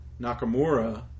Nakamura